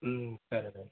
సరే అండి